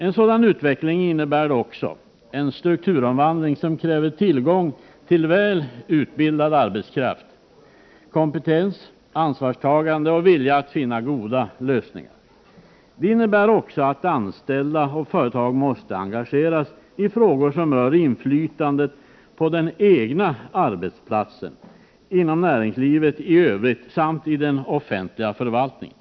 En sådan utveckling innebär dock också en strukturomvandling, som kräver tillgång till väl utbildad arbetskraft, kompetens, ansvarstagande och vilja att finna goda lösningar. Det innebär att anställda och företag måste engageras i frågor som rör inflytandet på den egna arbetsplatsen, inom näringslivet i övrigt samt i den offentliga förvaltningen.